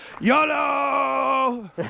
YOLO